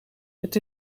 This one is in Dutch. het